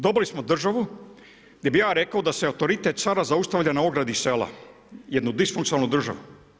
Dobili smo državu gdje bi ja rekao da se autoritet cara zaustavlja na ogradi sela, jednu disfunkcionalnu državu.